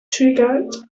triggered